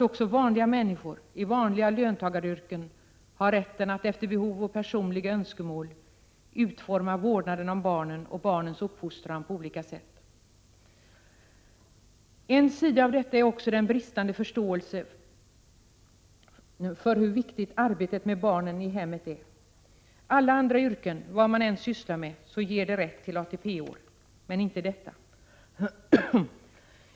Också vanliga människor i vanliga löntagaryrken har rätt att efter behov och personliga önskemål utforma vården av barnen och barnens uppfostran på olika sätt. En sida av detta är den bristande förståelsen för hur viktigt arbetet i hemmet är. Alla andra yrken, vad man än sysslar med, ger rätt till ATP-år, men inte vård av barn.